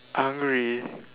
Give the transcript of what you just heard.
hungry